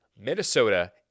Minnesota